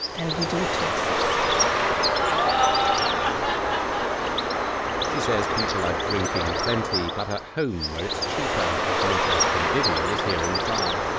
and we do it to excess she says people are drinking plenty but at home, where it's cheaper, if not as convivial as here in the bar.